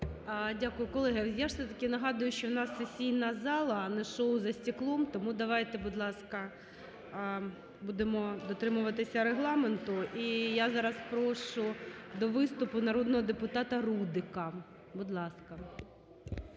Дякую. Колеги, я все-таки нагадую, що у нас сесійна зала, а не шоу "За стеклом", тому давайте, будь ласка, будемо дотримуватися регламенту. І я зараз прошу до виступу народного депутата Рудика. Будь ласка.